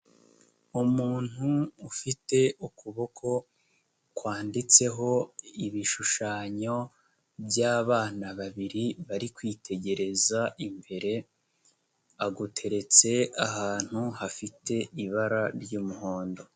Umuntu ufite ukuboko kwanditseho ibishushanyo by'abana babiri bari kwitegereza imbere, aguteretse ahantu hafite ibara ry'umuhondo.